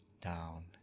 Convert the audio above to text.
down